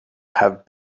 have